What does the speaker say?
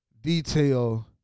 detail